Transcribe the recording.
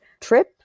trip